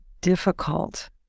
difficult